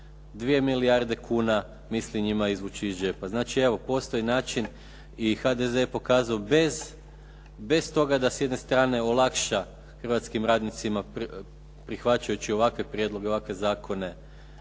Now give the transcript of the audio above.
2 milijarde kuna misli njima izvući iz džepa. Znači evo postoji način i HDZ je pokazao bez toga da s jedne strane olakša hrvatskim radnicima prihvaćajući ovakve prijedloge i ovakve zakone